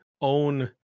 own